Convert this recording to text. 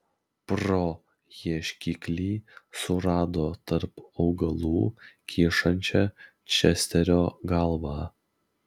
pro ieškiklį surado tarp augalų kyšančią česterio galvą